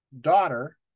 daughter